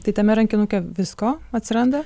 tai tame rankinuke visko atsiranda